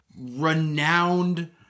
renowned